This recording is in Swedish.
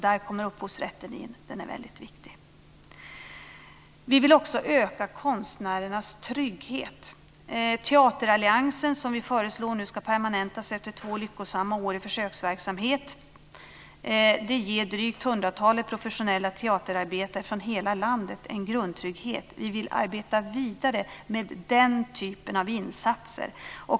Där kommer upphovsrätten in. Den är väldigt viktig. Vi vill också öka konstnärernas trygghet. Teateralliansen, som vi föreslår ska permanentas efter två lyckosamma år i försöksverksamhet, ger drygt hundratalet professionella teaterarbetare från hela landet en grundtrygghet. Vi vill arbeta vidare med den typen av insatser.